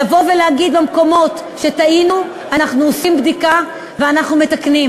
לבוא ולהגיד במקומות שטעינו: אנחנו עושים בדיקה ואנחנו מתקנים.